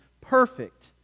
perfect